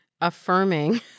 affirming